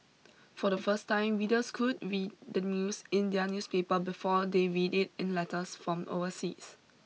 for the first time readers could read the news in their newspaper before they read it in letters from overseas